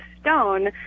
stone